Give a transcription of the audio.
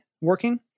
working